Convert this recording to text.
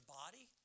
body